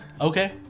Okay